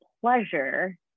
pleasure